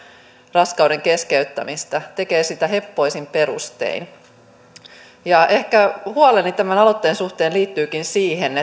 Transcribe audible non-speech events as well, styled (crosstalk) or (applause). raskauden keskeyttämistä tekee sitä heppoisin perustein ehkä huoleni tämän aloitteen suhteen liittyykin siihen (unintelligible)